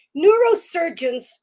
neurosurgeons